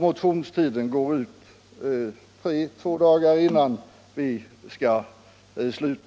Motionstiden går ut två dagar innan vårsessionens slut i